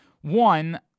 One